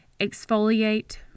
exfoliate